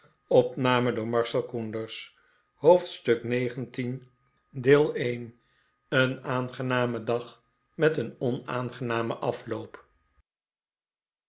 hoofdstuk xix een aangename dag met een onaangenamen afloop